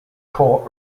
court